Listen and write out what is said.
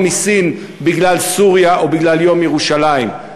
מסין בגלל סוריה או בגלל יום ירושלים.